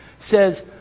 Says